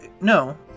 no